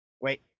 Wait